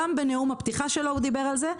גם בנאום הפתיחה שלו הוא דיבר על זה,